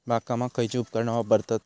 बागकामाक खयची उपकरणा वापरतत?